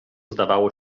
zdało